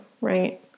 right